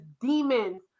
demons